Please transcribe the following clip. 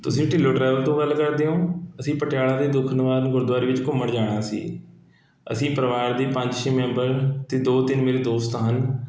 ਤੁਸੀਂ ਢਿੱਲੋਂ ਟ੍ਰੈਵਲ ਤੋਂ ਗੱਲ ਕਰਦੇ ਹੋ ਅਸੀਂ ਪਟਿਆਲਾ ਦੇ ਦੁੱਖ ਨਿਵਾਰਨ ਗੁਰਦੁਆਰੇ ਵਿੱਚ ਘੁੰਮਣ ਜਾਣਾ ਸੀ ਅਸੀਂ ਪਰਿਵਾਰ ਦੇ ਪੰਜ ਛੇ ਮੈਂਬਰ ਅਤੇ ਦੋ ਤਿੰਨ ਮੇਰੇ ਦੋਸਤ ਹਨ